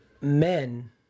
men